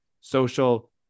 social